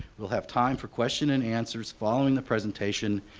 we'll have time for question and answers following the presentation.